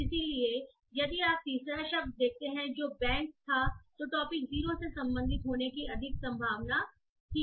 इसलिए यदि आप तीसरा शब्द देखते हैं जो बैंक था तो टॉपिक 0 से संबंधित होने की अधिक संभावना थी